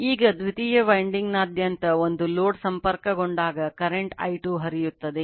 ಈಗ ದ್ವಿತೀಯ winding ನಾದ್ಯಂತ ಒಂದು ಲೋಡ್ ಸಂಪರ್ಕಗೊಂಡಾಗ ಕರೆಂಟ್ I2 ಹರಿಯುತ್ತದೆ